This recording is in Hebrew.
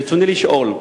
ברצוני לשאול: